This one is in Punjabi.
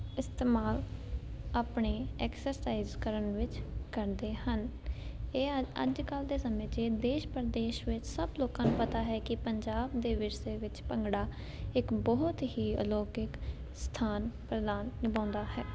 ਇਸਤੇਮਾਲ ਆਪਣੇ ਐਕਸਰਸਾਈਜ ਕਰਨ ਵਿੱਚ ਕਰਦੇ ਹਨ ਇਹ ਅ ਅੱਜ ਕੱਲ੍ਹ ਦੇ ਸਮੇਂ 'ਚ ਇਹ ਦੇਸ਼ ਪ੍ਰਦੇਸ਼ ਵਿੱਚ ਸਭ ਲੋਕਾਂ ਨੂੰ ਪਤਾ ਹੈ ਕਿ ਪੰਜਾਬ ਦੇ ਵਿਰਸੇ ਵਿੱਚ ਭੰਗੜਾ ਇੱਕ ਬਹੁਤ ਹੀ ਅਲੌਕਿਕ ਸਥਾਨ ਪ੍ਰਦਾਨ ਨਿਭਾਉਂਦਾ ਹੈ